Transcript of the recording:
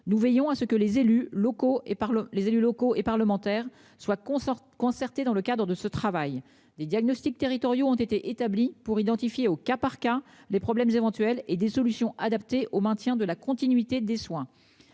élus locaux et par les élus locaux et parlementaires soit. Dans le cadre de ce travail des diagnostics territoriaux ont été établis pour identifier au cas par cas les problèmes éventuels et des solutions adaptées au maintien de la continuité des soins.